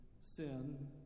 sin